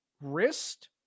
wrist